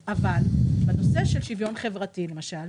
בנושא של שוויון חברתי למשל,